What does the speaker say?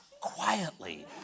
quietly